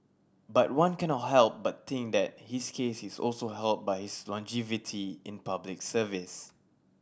but one cannot help but think that his case is also helped by his longevity in Public Service